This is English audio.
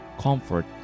comfort